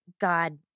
God